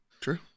True